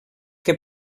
que